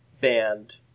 band